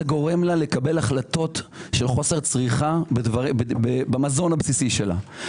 זה גורם לה לקבל החלטות של חוסר צריכה במזון הבסיסי שלה,